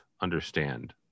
understand